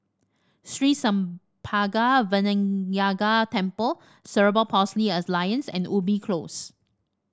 Sri Senpaga Vinayagar Temple Cerebral Palsy Alliance and Ubi Close